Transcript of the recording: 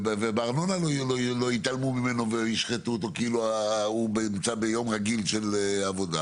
ובארנונה לא יתעלמו ממנו וישחטו אותו כאילו שהוא נמצא ביום עבודה רגיל,